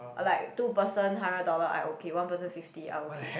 like two person hundred dollar I okay one person fifty I okay